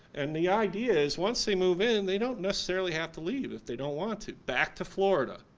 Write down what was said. and the idea is once they move in, and they don't necessarily have to leave if they don't want to. back to florida,